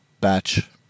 batch